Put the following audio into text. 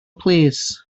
plîs